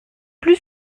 plus